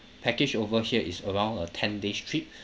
package over here is around uh ten days trip